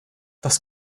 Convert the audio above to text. das